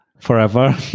forever